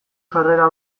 sarrera